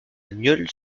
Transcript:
nieul